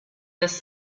this